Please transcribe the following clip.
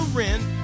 rent